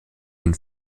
den